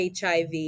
HIV